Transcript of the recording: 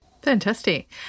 Fantastic